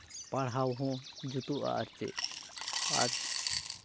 ᱯᱟᱲᱦᱟᱣ ᱦᱚᱸ ᱡᱩᱛᱩᱜᱼᱟ ᱟᱨ ᱪᱮᱫ ᱟᱨ